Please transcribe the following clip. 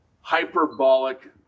hyperbolic